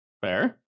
Fair